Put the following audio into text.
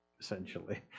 essentially